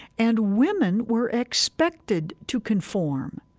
and women were expected to conform.